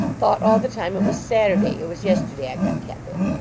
thought all the time it was saturday. it was yesterday i got kep in.